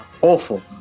awful